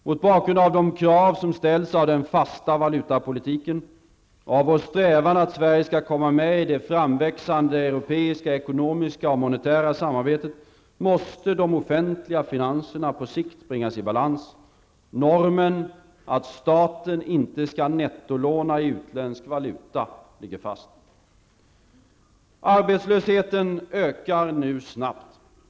Mot bakgrund av de krav som ställs av den fasta valutapolitiken och av vår strävan att Sverige skall komma med i det framväxande europeiska ekonomiska och monetära samarbetet måste de offentliga finanserna på sikt bringas i balans. Normen att staten inte skall nettolåna i utländsk valuta ligger fast. Arbetslösheten ökar nu snabbt.